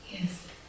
yes